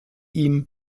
ihm